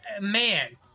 Man